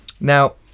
now